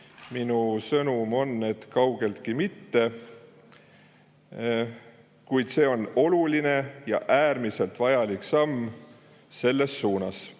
Minu sõnum on, et kaugeltki mitte, kuid see on oluline, äärmiselt vajalik samm selles suunas.